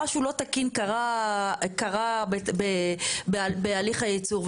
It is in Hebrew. משהו לא תקין קרה בהליך הייצור.